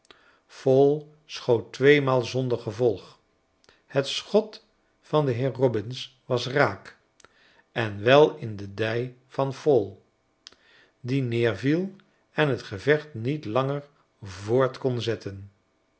fall schoot tweemaal zonder gevolg het schot van den heer robbins was raak en wel in de dij van fall die neerviel en het gevecht niet langer voort kon zetten